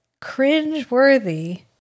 cringe-worthy